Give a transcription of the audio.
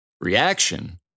Reaction